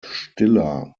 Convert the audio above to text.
stiller